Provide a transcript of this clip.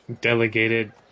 delegated